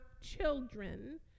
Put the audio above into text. children